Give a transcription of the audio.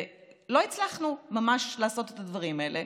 לא הצלחנו ממש לעשות את הדברים האלה,